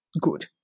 good